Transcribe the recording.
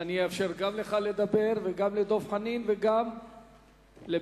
ואאפשר גם לך לדבר וגם לדב חנין וגם לבן-ארי,